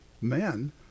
men